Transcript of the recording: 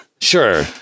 Sure